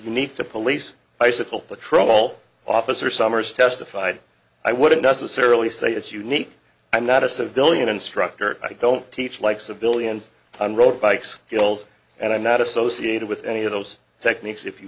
unique to police bicycle patrol officer summers testified i wouldn't necessarily say it's unique i'm not a civilian instructor i don't teach like civilians on road bikes hills and i'm not associated with any of those techniques if you